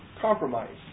Compromise